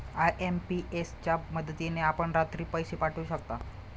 IMPS च्या मदतीने आपण रात्री पैसे पाठवू शकता